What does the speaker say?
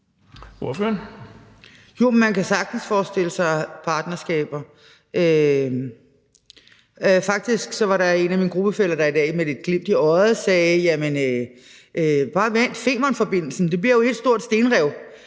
Ja, man kan sagtens forestille sig partnerskaber. Der var faktisk en af mine gruppefæller, der i dag med et glimt i øjet sagde: Bare vent, Femernforbindelsen bliver jo et stort stenrev.